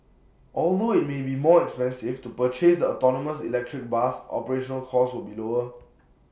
although IT may be more expensive to purchase the autonomous electric bus operational costs will be lower